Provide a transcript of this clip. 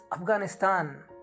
Afghanistan